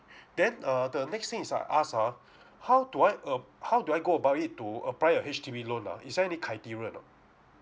then uh the next thing is I ask ah how do app~ how do I go about it to apply a H_D_B loan ah is there any criteria or not